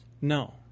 No